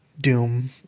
doom